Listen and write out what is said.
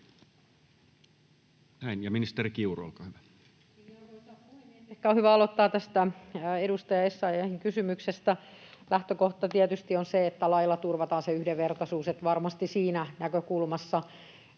Näin. — Ja ministeri Kiuru, olkaa hyvä. Arvoisa puhemies! Ehkä on hyvä aloittaa tästä edustaja Essayahin kysymyksestä. Lähtökohta tietysti on se, että lailla turvataan yhdenvertaisuus. Varmasti siinä näkökulmassa